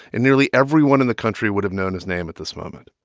and nearly everyone in the country would have known his name at this moment.